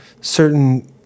certain